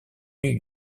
new